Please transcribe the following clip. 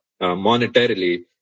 monetarily